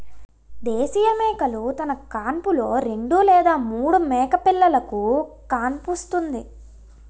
దేశీయ మేకలు తన కాన్పులో రెండు లేదా మూడు మేకపిల్లలుకు కాన్పుస్తుంది